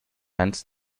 eins